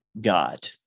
God